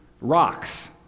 Rocks